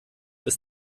ist